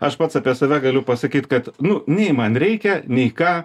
aš pats apie save galiu pasakyt kad nu nei man reikia nei ką